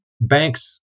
banks